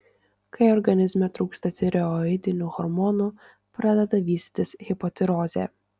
kai organizme trūksta tireoidinių hormonų pradeda vystytis hipotireozė